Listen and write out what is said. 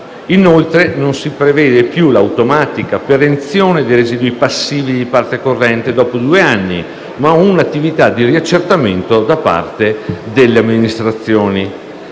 Inoltre, si prevede non più l'automatica perenzione dei residui passivi di parte corrente dopo due anni, ma un'attività di riaccertamento da parte delle amministrazioni.